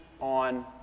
on